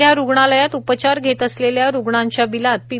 सध्या रुग्णालयात उपचार धेत असलेल्या रुग्णांच्या बिलात पी